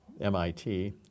MIT